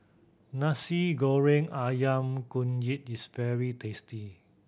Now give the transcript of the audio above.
Nasi Goreng Ayam Kunyit is very tasty